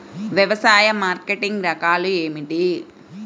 వ్యవసాయ మార్కెటింగ్ రకాలు ఏమిటి?